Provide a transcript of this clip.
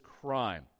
crime